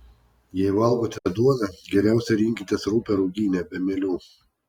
jei valgote duoną geriausia rinkitės rupią ruginę be mielių